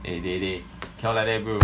dey dey dey cannot like that bro